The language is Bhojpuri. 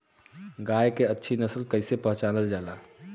गाय के अच्छी नस्ल कइसे पहचानल जाला?